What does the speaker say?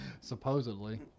supposedly